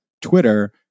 Twitter